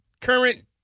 current